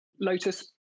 Lotus